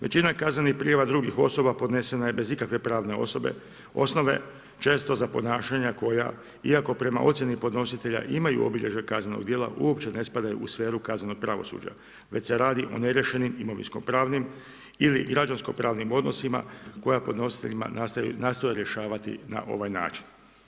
Većina kaznenih prijava drugih osoba podnesena je bez ikakve pravne osnove, često za ponašanja koja iako, prema ocjeni podnositelja imaju obilježja kaznenog dijela uopće ne spadaju u sferu kaznenog pravosuđa, već se radi o neriješenim imovinskim pravnim ili građansko pravnim odnosima, koja podnositeljima nastoje rješavati na ovaj način.